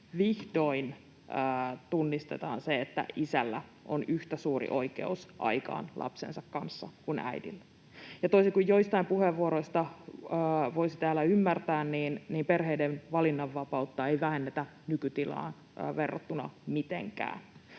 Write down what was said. Vihdoin tunnistetaan se, että isällä on yhtä suuri oikeus aikaan lapsensa kanssa kuin äidillä. Toisin kuin joistain puheenvuoroista voisi täällä ymmärtää, perheiden valinnanvapautta ei vähennetä nykytilaan verrattuna mitenkään.